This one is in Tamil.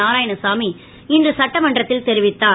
நாராயணசாமி இன்று சட்டமன்றத்தில் தெரிவித்தார்